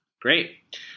Great